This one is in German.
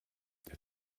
der